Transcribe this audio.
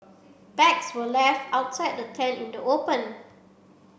bags were left outside the tent in the open